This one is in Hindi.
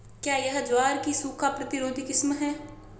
क्या यह ज्वार की सूखा प्रतिरोधी किस्म है?